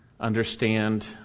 understand